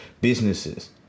businesses